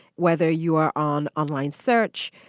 whether you are on online search,